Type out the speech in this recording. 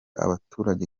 abaturage